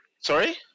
Sorry